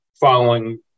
following